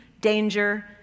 danger